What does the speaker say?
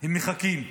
הם מחכים.